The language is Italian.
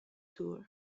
tour